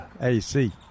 AC